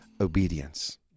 obedience